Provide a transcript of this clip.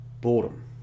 boredom